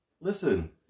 Listen